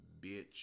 bitch